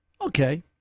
Okay